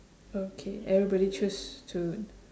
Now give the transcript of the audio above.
okay everybody choose to